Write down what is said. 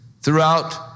throughout